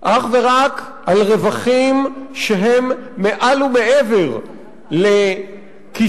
אך ורק על רווחים שהם מעל ומעבר לכיסוי